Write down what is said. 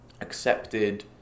accepted